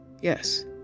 yes